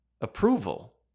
approval